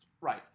right